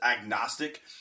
agnostic